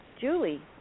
Julie